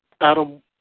Adam